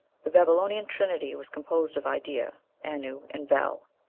the babylonian trinity was composed of idea, anu, and bel.